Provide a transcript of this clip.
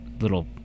little